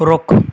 ਰੁੱਖ